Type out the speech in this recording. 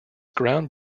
ground